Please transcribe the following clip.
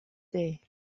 day